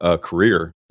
career